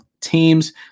teams